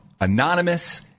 anonymous